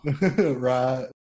Right